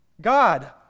God